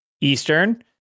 Eastern